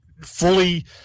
fully